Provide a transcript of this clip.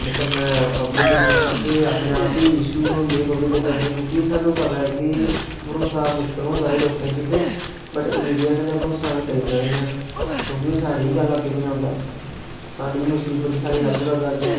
ते कन्नै public interest दे अपने आप गै इशूज होंदे पव्लिक इंटरेस्ट दे क्योंकि सानू पता कि भरोसा मुस्किल होंदा ऐ इंहे लोकें उप्पर च बट मिडिया कन्नै भरोसा अस करी सकने हा ओह्बी ओह् साढ़ी गै गल्लअग्गे पुजांदा ऐ साडी मुस्बित उप्पर साढ़ी हेल्प करदा ऐ